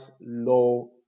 low